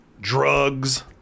drugs